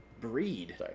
breed